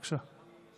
בבקשה.